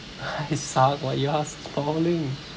I suck but you are smiling